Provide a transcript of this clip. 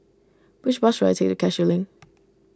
which bus should I take to Cashew Link